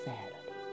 Saturday